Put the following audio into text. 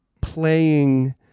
playing